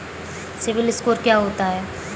CIBIL score क्या होता है?